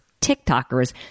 TikTokers